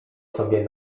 sobie